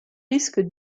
risque